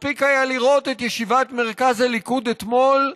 מספיק היה לראות את ישיבת מרכז הליכוד אתמול,